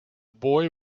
boy